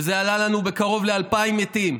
וזה עלה לנו בקרוב ל-2,000 מתים.